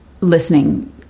listening